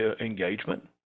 engagement